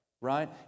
right